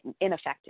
ineffective